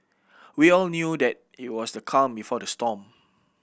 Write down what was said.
we all knew that it was the calm before the storm